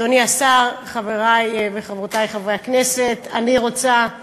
אדוני השר, חברי וחברותי חברי הכנסת, אני רוצה,